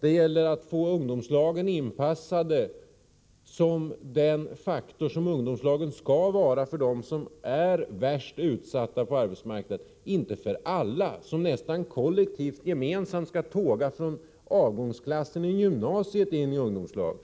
Det gäller också att göra ungdomslagen till vad ungdomslagen skall vara, nämligen en faktor för dem som är värst utsatta på arbetsmarknaden — inte för alla, så att de nästan kollektivt och gemensamt skall tåga från avgångsklassen i gymnasiet in i ungdomslagen.